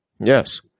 Yes